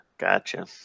Gotcha